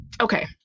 Okay